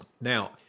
Now